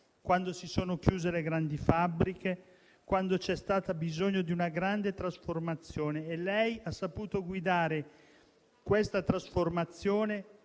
quando si sono chiuse le grandi fabbriche e c'è stato bisogno di una grande trasformazione. Lei ha saputo guidare questa trasformazione